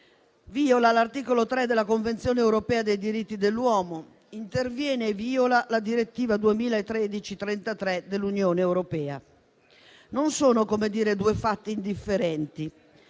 viola l'articolo 3 della Convenzione europea dei diritti dell'uomo, interviene e viola la direttiva n. 33 del 2013 dell'Unione europea. Non sono due fatti indifferenti.